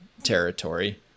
territory